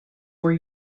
were